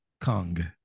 Kong